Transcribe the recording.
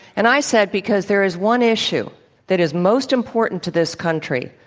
and i said, because there is one issue that is most important to this country,